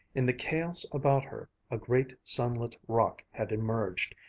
in the chaos about her, a great sunlit rock had emerged.